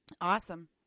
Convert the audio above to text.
Awesome